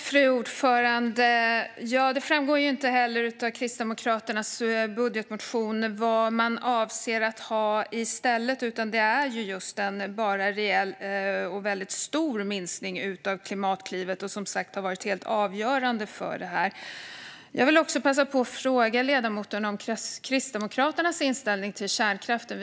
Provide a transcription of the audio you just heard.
Fru talman! Det framgår inte heller av Kristdemokraternas budgetmotion vad man avser att ha i stället, utan det är bara en reell och väldigt stor minskning av Klimatklivet. Klimatklivet har som sagt varit helt avgörande för detta. Jag vill passa på att fråga ledamoten om Kristdemokraternas inställning till kärnkraften.